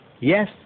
Yes